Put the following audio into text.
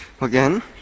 again